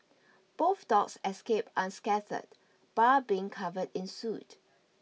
both dogs escaped unscathed bar being covered in soot